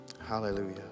hallelujah